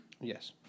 Yes